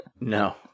No